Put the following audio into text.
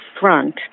front